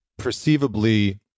perceivably